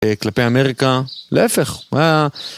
כלפי אמריקה, להפך.